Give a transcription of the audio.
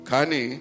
Kani